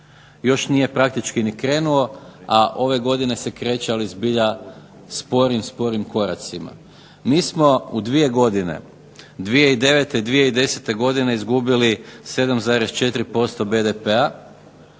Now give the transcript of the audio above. još nije praktički ni krenuo, a ove godine se kreće ali zbilja sporim, sporim koracima. Mi smo u dvije godine 2009. i 2010. godine izgubili 7,4% BDP-a,